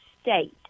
state